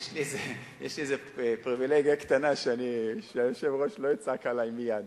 יש לי פריווילגיה קטנה שהיושב-ראש לא יצעק עלי מייד.